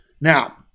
Now